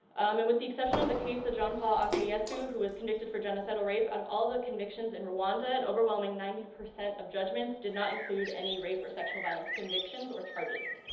and with the exception of the case of jean-paul akayesu, who was convicted for genocidal rape, out of all the convictions in rwanda, an overwhelming ninety percent of judgements did not include any rape or sexual violence convictions or charges.